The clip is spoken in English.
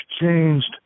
changed